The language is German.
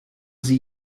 sie